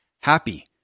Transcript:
Happy